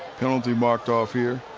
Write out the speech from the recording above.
penalty marked off here.